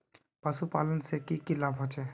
पशुपालन से की की लाभ होचे?